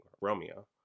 Romeo